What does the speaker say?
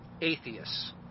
atheists